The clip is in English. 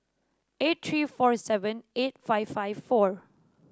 eight three four seven eight five five four